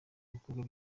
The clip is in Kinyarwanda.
ibikorwa